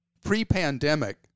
pre-pandemic